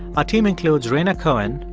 our team includes rhaina cohen,